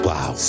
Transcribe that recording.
Wow